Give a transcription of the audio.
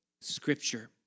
Scripture